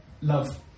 love